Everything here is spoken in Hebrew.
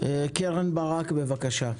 נירה שפק, בבקשה.